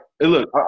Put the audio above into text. look